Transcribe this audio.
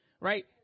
right